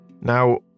Now